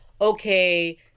okay